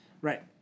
Right